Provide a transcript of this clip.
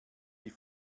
die